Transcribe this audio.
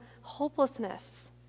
hopelessness